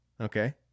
Okay